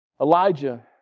Elijah